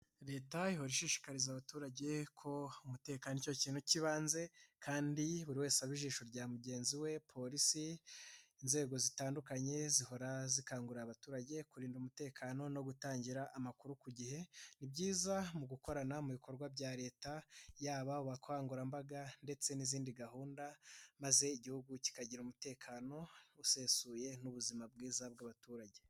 Leta ihora ishishikariza abaturage ko umutekano ari cyo kintu cy'ibanze kandi buri wese ijisho rya mugenzi we, polisi, inzego zitandukanye zihora zikangurira abaturage kurinda umutekano no gutangira amakuru ku gihe, ni byiza mu gukorana mu bikorwa bya leta yaba abakangurambaga ndetse n'izindi gahunda, maze Igihugu kikagira umutekano usesuye n'ubuzima bwiza bw'abaturage.